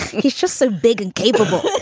he's just so big and capable